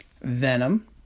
Venom